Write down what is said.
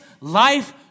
life